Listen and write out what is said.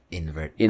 Invert